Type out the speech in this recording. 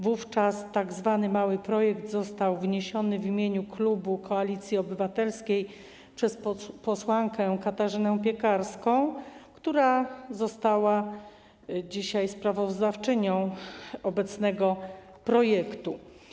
Wówczas tzw. mały projekt został wniesiony w imieniu klubu Koalicji Obywatelskiej przez posłankę Katarzynę Piekarską, która została sprawozdawczynią obecnego projektu.